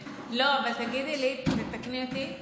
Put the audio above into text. אבל תגידי לי, תתקני אותי.